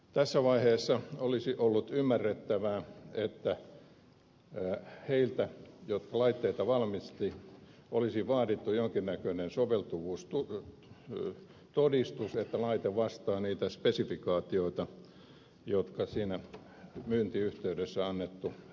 tässä vaiheessa olisi ollut ymmärrettävää että heiltä jotka laitteita valmistivat olisi vaadittu jonkin näköinen soveltuvuustodistus että laite vastaa niitä spesifikaatioita jotka myynnin yhteydessä oli annettu julkisuuteen